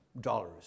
dollars